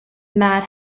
mad